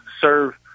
serve